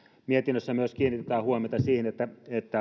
mietinnössä myös kiinnitetään huomiota siihen että